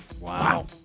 Wow